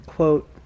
Quote